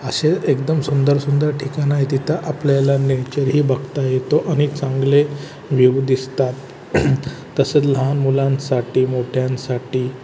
असे एकदम सुंदर सुंदर ठिकाणं आहे तिथं आपल्याला नेचरही बघता येतो अन् चांगले व्हिऊ दिसतात तसं लहान मुलांसाठी मोठ्यांसाठी